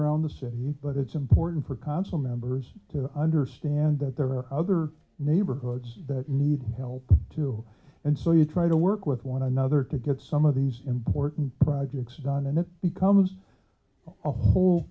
around the city but it's important for consul members to understand that there are other neighborhoods that need help too and so you try to work with one another to get some of these important projects done and it becomes a whole